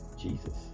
Jesus